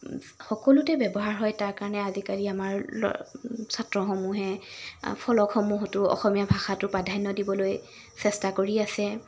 সকলোতে ব্যৱহাৰ হয় তাৰ কাৰণে আজিকালি আমাৰ ল ছাত্ৰসমূহে ফলকসমূহতো অসমীয়া ভাষাটো প্ৰাধান্য দিবলৈ চেষ্টা কৰি আছে